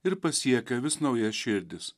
ir pasiekia vis naujas širdis